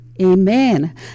Amen